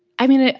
i mean,